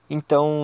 Então